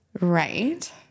Right